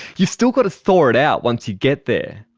you've still got to thaw it out once you get there.